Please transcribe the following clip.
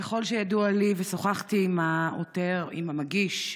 ככל שידוע לי, שוחחתי עם העותר, עם המגיש.